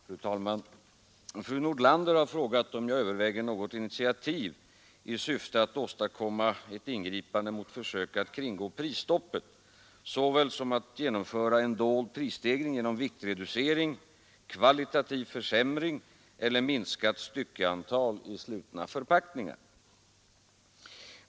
Fru talman! Fru Nordlander har frågat om jag överväger något initiativ i syfte att åstadkomma ett ingripande mot försök att kringgå prisstoppet såväl som att genomföra en dold prisstegring genom viktreducering, kvalitativ försämring eller minskat styckeantal i slutna förpackningar.